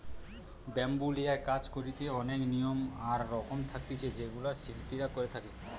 bamboo লিয়া কাজ করিতে অনেক নিয়ম আর রকম থাকতিছে যেগুলা শিল্পীরা করে থাকে